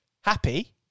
Happy